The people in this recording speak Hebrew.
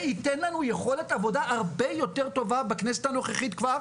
זה ייתן לנו יכולת עבודה הרבה יותר טובה בכנסת הנוכחית כבר,